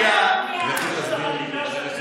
או כנסת או חוקה.